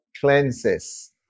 cleanses